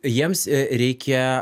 jiems a reikia